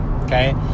Okay